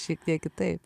šiek tiek kitaip